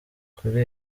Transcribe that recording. kuri